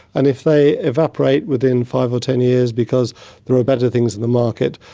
and if they evaporate within five or ten years because there are better things in the market,